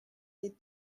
les